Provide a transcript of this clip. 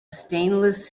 stainless